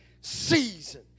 season